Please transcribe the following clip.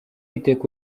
iteka